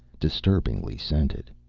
disturbingly scented.